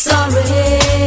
Sorry